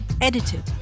Edited